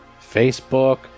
Facebook